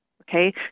Okay